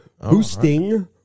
Boosting